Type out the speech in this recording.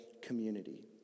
community